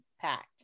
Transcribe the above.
packed